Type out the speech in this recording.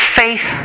faith